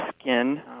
skin